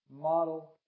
model